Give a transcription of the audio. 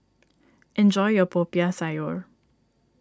enjoy your Popiah Sayur